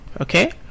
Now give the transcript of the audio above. okay